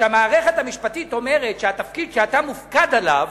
שהמערכת המשפטית אומרת שהתפקיד שאתה מופקד עליו,